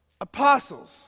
apostles